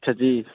اچھا جی